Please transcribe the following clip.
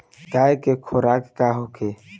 गाय के खुराक का होखे?